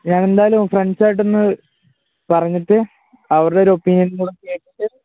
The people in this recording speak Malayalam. ഞാൻ എന്തായാലും ഫ്രണ്ട്സുമായിട്ടൊന്ന് പറഞ്ഞിട്ട് അവരുടെ ഒരു ഒപ്പീനിയൻ കൂടെ കേട്ടിട്ട്